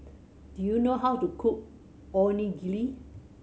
do you know how to cook Onigiri